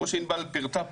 כמו שענבל פירטה,